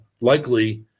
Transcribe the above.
likely